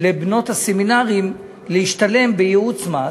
לבנות הסמינרים להשתלם בייעוץ מס,